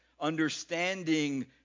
understanding